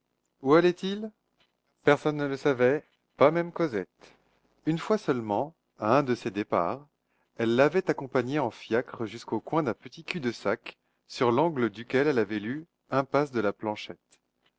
où allait-il personne ne le savait pas même cosette une fois seulement à un de ces départs elle l'avait accompagné en fiacre jusqu'au coin d'un petit cul-de-sac sur l'angle duquel elle avait lu impasse de la planchette